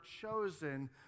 chosen